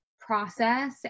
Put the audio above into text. process